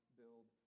build